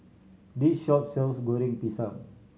this shop sells Goreng Pisang